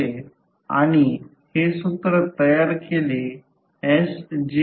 आणि L N L N d ∅ d i किंवा सर्वसाधारणपणे कधीकधी L लिहू शकतो